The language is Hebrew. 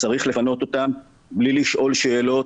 וצריך לפנות אותם בלי לשאול שאלות,